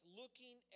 looking